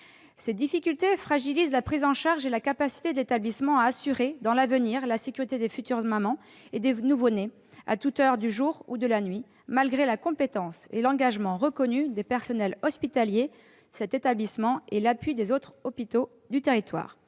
Ces difficultés fragilisent la prise en charge et la capacité de l'établissement à assurer à l'avenir la sécurité des futures mamans et des nouveau-nés à toute heure du jour et de la nuit, et ce malgré la compétence et l'engagement reconnus des personnels hospitaliers de cet établissement et l'appui des autres hôpitaux du territoire.